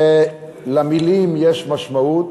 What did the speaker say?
שלמילים יש משמעות,